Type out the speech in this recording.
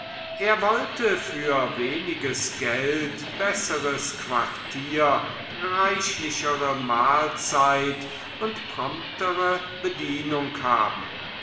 er wollte für weniges geld besseres quartier reichlichere mahlzeit und promptere bedienung haben